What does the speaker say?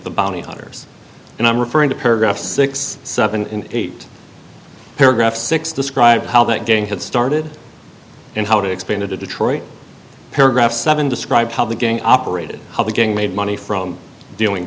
the bounty hunters and i'm referring to paragraph six seven and eight paragraph six describe how that gang had started and how it expanded to detroit paragraph seven describe how the gang operated how the gang made money from dealing